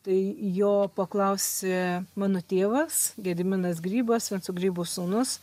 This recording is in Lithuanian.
tai jo paklausė mano tėvas gediminas grybas vinco grybo sūnus